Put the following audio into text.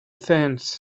fence